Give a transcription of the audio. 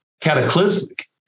cataclysmic